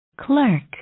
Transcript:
Clerk